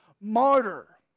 Martyr